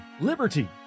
liberty